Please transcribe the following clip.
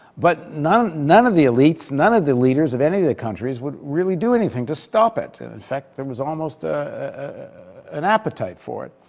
but none none of the elites, none of the leaders of any of the countries would really do anything to stop it. and, in fact, there was almost ah an appetite for it.